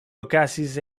okazis